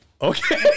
Okay